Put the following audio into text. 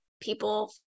people